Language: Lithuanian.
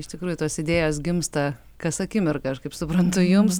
iš tikrųjų tos idėjos gimsta kas akimirką aš kaip suprantu jums